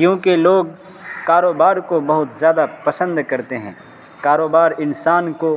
کیونکہ لوگ کاروبار کو بہت زیادہ پسند کرتے ہیں کاروبار انسان کو